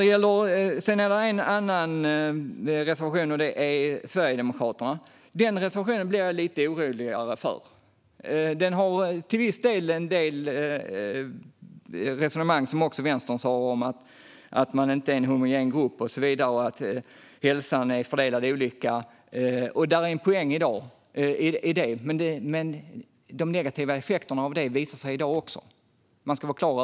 Det finns en annan reservation, som kommer från Sverigedemokraterna, som jag blir lite oroligare över. Där finns en del resonemang, som också finns i Vänsterns reservation, om att det inte är en homogen grupp och om att hälsan är olika fördelad. Det finns en poäng i det. Men man ska vara klar över att de negativa effekterna visar sig också i dag.